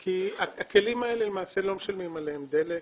בכלים האלה למעשה לא משלמים דלק,